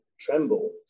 tremble